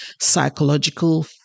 psychological